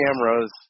cameras